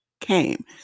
came